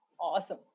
Awesome